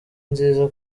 nziza